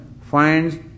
finds